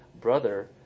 brother